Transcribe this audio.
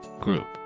Group